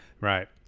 Right